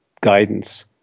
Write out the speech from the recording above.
guidance